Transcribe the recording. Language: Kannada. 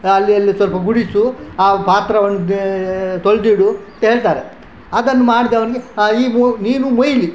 ಅಲ್ಲಿ ಅಲ್ಲಿ ಸ್ವಲ್ಪ ಗುಡಿಸು ಆ ಪಾತ್ರೆಯೊಂದೆ ತೊಳೆದಿಡು ಅಂತ ಹೇಳ್ತಾರೆ ಅದನ್ನು ಮಾಡಿದವ್ನಿಗೆ ಹಾಂ ನೀವು ನೀನು ಮೊಯ್ಲಿ